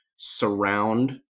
surround